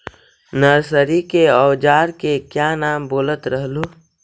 Nursery के ओजार के क्या नाम बोलत रहलू?